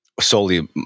Solely